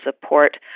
support